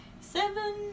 seven